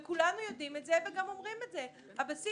וכולם יודעים את זה וגם אומרים את זה - הבסיס